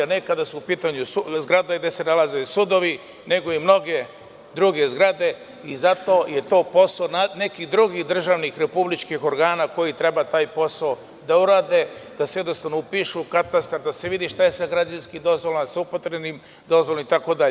Nekada su u pitanju zgrade gde se nalaze sudovi, nego i mnoge druge zgrade i zato je to posao nekih drugih državnih republičkih organa koji treba taj posao da urade, da se jednostavno upišu u Katastar, da se vidi šta je sa građevinskim dozvolama, sa upotrebnim dozvolama itd.